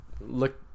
Look